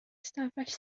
ystafell